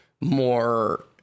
more